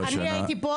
אני הייתי פה.